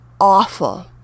awful